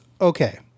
okay